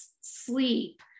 sleep